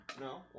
No